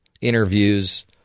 interviews